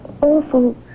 awful